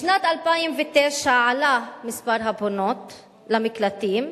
בשנת 2009 עלה מספר הפונות למקלטים.